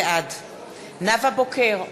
בעד נאוה בוקר,